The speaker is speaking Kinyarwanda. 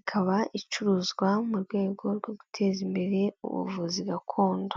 ikaba icuruzwa mu rwego rwo guteza imbere ubuvuzi gakondo.